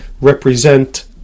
represent